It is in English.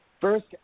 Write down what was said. first